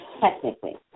Technically